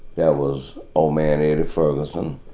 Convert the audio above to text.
that was old man eddie ferguson,